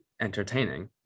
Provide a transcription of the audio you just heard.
entertaining